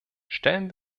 stellen